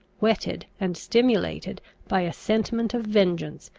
whetted and stimulated by a sentiment of vengeance,